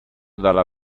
dalla